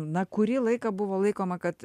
na kurį laiką buvo laikoma kad